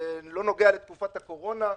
זה לא נוגע לתקופת הקורונה.